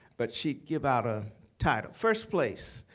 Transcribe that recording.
but she'd give out a title. first place,